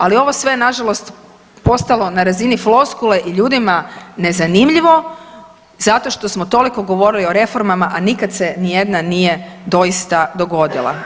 Ali ovo sve nažalost postalo na razini floskule i ljudima nezanimljivo zato što smo toliko govorili o reformama, a nikad se ni jedna nije doista dogodila.